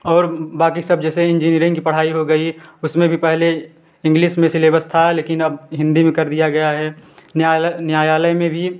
और बाकी सब जैसे इंजीनियरिंग की पढ़ाई हो गई उसमें भी पहले इंग्लिस में सिलेबस था लेकिन अब हिन्दी में कर दिया गया है न्यायालय में भी